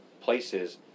places